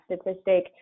statistic